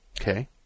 Okay